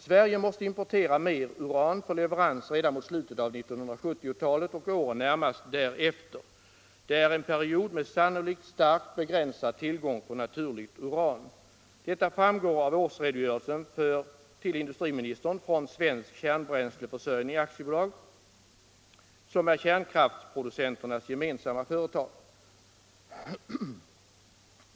Sverige måste importera mer uran för leverans redan mot slutet av 1970-talet och åren närmast därefter. Det är en period med sannolikt starkt begränsad tillgång på naturligt uran. Detta framgår av årsredogörelsen till industriministern från Svensk kärnbränsleförsörjning AB, som är kärnkraftproducenternas gemensamma företag.